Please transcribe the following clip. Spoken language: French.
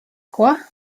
quoi